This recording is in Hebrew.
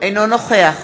אינו נוכח